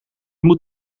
moet